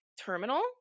terminal